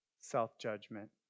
self-judgment